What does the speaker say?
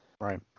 Right